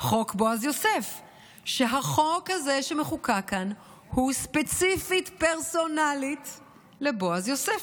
"חוק בועז יוסף"; החוק הזה שמחוקק כאן הוא ספציפית פרסונלי לבועז יוסף,